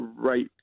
right